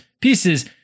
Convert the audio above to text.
pieces